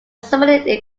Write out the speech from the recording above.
separately